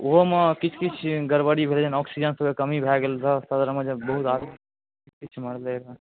ओहोमे किछु किछु गड़बड़ी भेलै जेना ऑक्सिजन सबके कमी भए गेल रहऽ ओकर बाद हमर सबके बहुत आदमी सब मरलै रहऽ